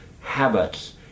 habits